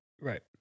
Right